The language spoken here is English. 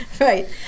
Right